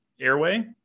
airway